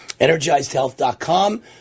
EnergizedHealth.com